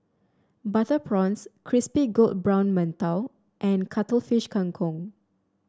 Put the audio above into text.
Butter Prawns Crispy Golden Brown Mantou and Cuttlefish Kang Kong